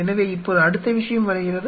எனவே இப்போது அடுத்த விஷயம் வருகிறது